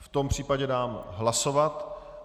V tom případě dám hlasovat.